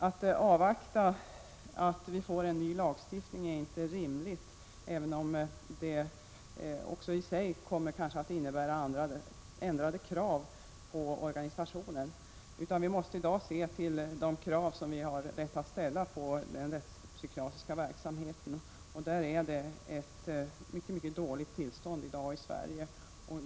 Att avvakta att vi får en ny lagstiftning är inte rimligt, även om det också i sig kommer att innebära ändrade krav på organisationen. Vi måste i dag se till de krav vi har rätt att ställa på den rättspsykiatriska verksamheten, där tillståndet i Sverige i dag är mycket dåligt.